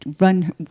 run